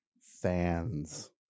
fans